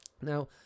Now